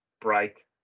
break